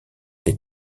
des